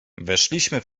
weszliśmy